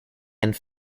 and